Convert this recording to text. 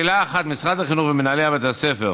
לשאלה 1: משרד החינוך ומנהלי בתי הספר